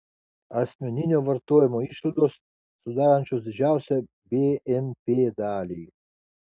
asmeninio vartojimo išlaidos sudarančios didžiausią bnp dalį